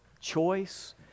choice